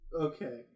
Okay